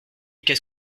qu’est